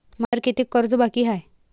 मायावर कितीक कर्ज बाकी हाय?